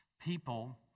people